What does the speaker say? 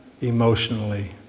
emotionally